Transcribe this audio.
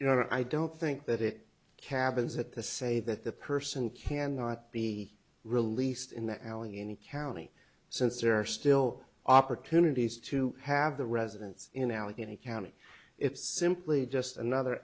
you know i don't think that it cabins at the say that the person cannot be released in the allegheny county since there are still opportunities to have the residence in allegheny county it's simply just another